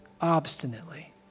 obstinately